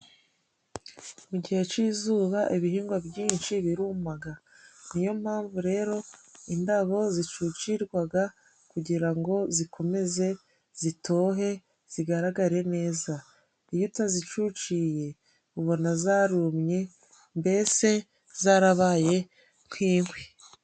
Mu gihe c'izuba ibihingwa byinshi birumaga. Ni yo mpamvu rero indabo zicucirwaga, kugira ngo zikomeze zitohe zigaragare neza. Iyo utazicuciye ubona zarumye, mbese zarabaye nk'inkwi.